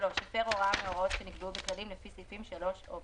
לתפיסתנו הדבר הזה הוא נכון והוא הוכיח את עצמו,